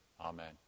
Amen